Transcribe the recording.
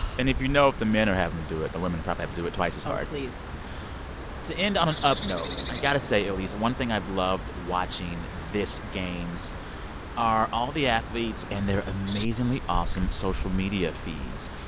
and if you know if the men are having to do it, the women are probably have to do it twice as hard oh, please to end on an up note, i got to say, elise, one thing i've loved watching this games are all the athletes and their amazingly awesome social media feeds.